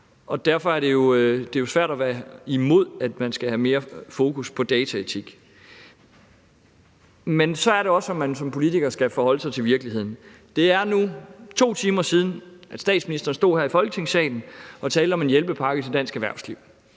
Og derfor er det jo svært at være imod, at man skal have mere fokus på dataetik. Men så er det også, at man som politiker skal forholde sig til virkeligheden. Det er nu 2 timer siden, at statsministeren stod her i Folketingssalen og talte om en hjælpepakke til dansk erhvervsliv.